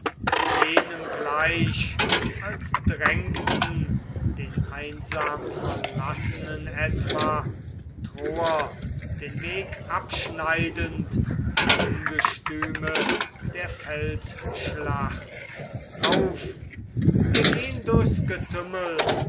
jenem gleich als drängten den einsam verlassenen etwa troer den weg abschneidend im ungestüme der feldschlacht auf wir gehn durchs getümmel